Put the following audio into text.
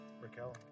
Raquel